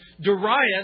Darius